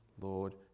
Lord